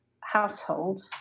household